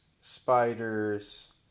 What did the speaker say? spiders